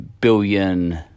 billion